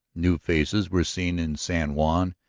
new faces were seen in san juan,